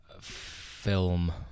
Film